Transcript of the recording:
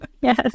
Yes